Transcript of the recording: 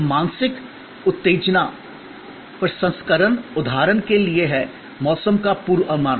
तो मानसिक उत्तेजना प्रसंस्करण उदाहरण के लिए है मौसम का पूर्वानुमान